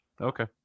Okay